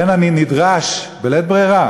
לכן אני נדרש, בלית ברירה,